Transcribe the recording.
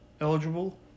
eligible